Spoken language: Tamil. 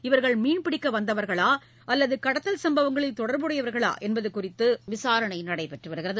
இவர்கள் மீன்பிடிக்க வந்தார்களா அல்லது கடத்தல் சும்பவங்களில் தொடர்புடையவர்களா என்பது குறித்து விசாரணை நடைபெற்று வருகிறது